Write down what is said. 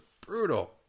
Brutal